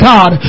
God